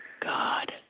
God